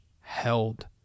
held